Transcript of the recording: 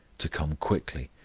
to come quickly,